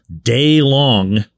day-long